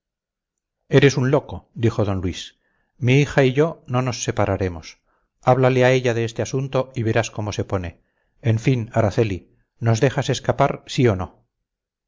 eres un loco dijo d luis mi hija y yo no nos separaremos háblale a ella de este asunto y verás cómo se pone en fin araceli nos dejas escapar sí o no